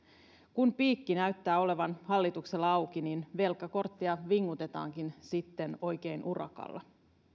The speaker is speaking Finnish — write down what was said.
kun piikki näyttää olevan hallituksella auki niin velkakorttia vingutetaankin sitten oikein urakalla